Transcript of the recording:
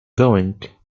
going